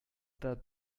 that